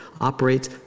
operates